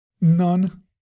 None